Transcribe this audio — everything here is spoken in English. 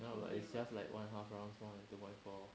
no lah it's just like one half round more then two point four